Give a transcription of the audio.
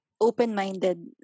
open-minded